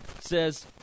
says